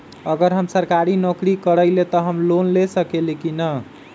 अगर हम सरकारी नौकरी करईले त हम लोन ले सकेली की न?